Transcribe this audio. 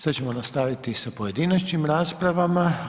Sad ćemo nastaviti sa pojedinačnim rasprava.